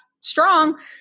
strong